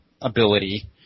ability